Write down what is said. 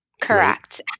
Correct